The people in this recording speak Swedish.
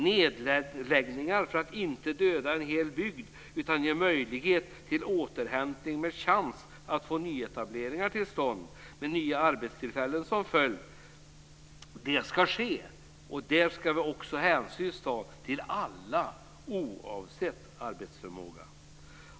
Nedläggningar får inte döda en hel bygd, utan man måste ha möjlighet till återhämtning med chans att få nyetableringar till stånd med nya arbetstillfällen som följd för alla oavsett arbetsförmåga.